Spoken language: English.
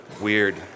weird